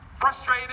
frustrated